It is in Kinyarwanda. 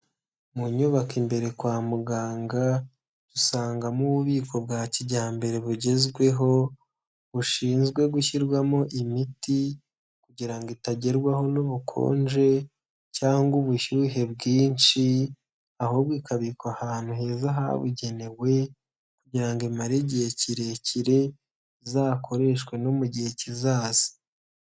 Munyubako imbere kwa muganga dusangamo ububiko bwa kijyambere bugezweho; bushinzwe gushyirwamo imiti kugirango itagerwaho n'ubukonje cyangwa ubushyuhe bwinshi ahubwo ikabikwa ahantu heza habugenewe kugira imare igihe kirekire, izakoreshwe no mu gihe kizaza.